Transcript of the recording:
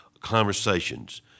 conversations